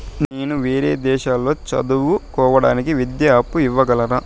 నేను వేరే దేశాల్లో చదువు కోవడానికి విద్యా అప్పు ఇవ్వగలరా?